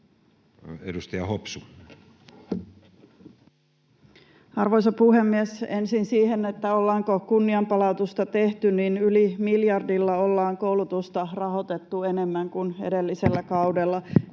Edustaja Hopsu. Arvoisa puhemies! Ensin siihen, ollaanko kunnianpalautusta tehty: yli miljardilla ollaan koulutusta rahoitettu enemmän kuin edellisellä kaudella,